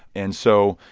and so,